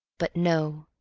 but no,